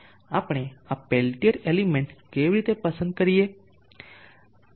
આપણે આ Peltier element કેવી રીતે પસંદ કરી શકીએ